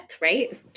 right